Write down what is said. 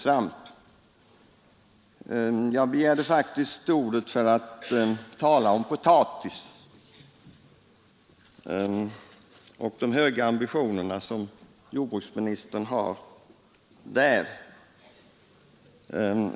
Jag begärde ordet för att tala om potatis och de höga ambitioner som jordbruksministern har beträffande kontrollen där.